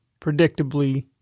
predictably